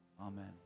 Amen